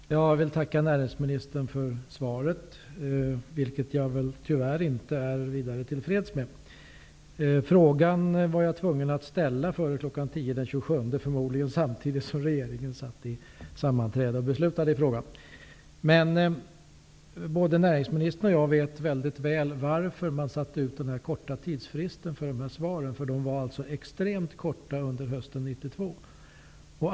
Herr talman! Jag vill tacka näringsministern för svaret, vilket jag tyvärr inte är vidare till freds med. Jag var tvungen att ställa frågan före kl. 10.00 den 27 maj, förmodligen samtidigt som regeringen satt i sammanträde och fattade beslut i frågan. Både näringsministern och jag vet väldigt väl varför man satte denna extremt korta tidsfrist för dessa svar hösten 1992.